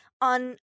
on